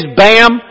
bam